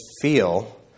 feel